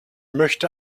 möchte